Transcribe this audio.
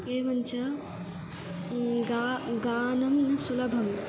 एवञ्च गा गानं न सुलभं